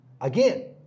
again